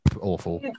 awful